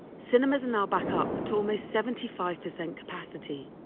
cinemas are now back up to almost seventy five percent capacity,